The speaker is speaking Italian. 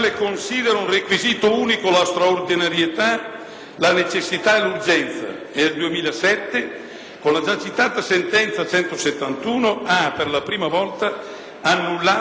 la necessità e l'urgenza e nel 2007, con la già citata sentenza n. 171, ha per la prima volta annullato un decreto-legge per carenza evidente dei presupposti